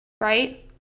right